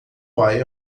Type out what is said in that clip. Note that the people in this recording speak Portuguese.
pai